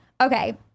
okay